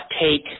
take